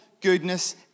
goodness